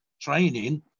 training